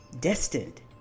destined